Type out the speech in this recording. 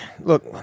look